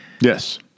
Yes